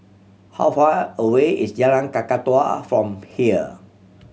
how far away is Jalan Kakatua from here